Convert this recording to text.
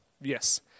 Yes